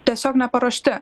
tiesiog neparuošti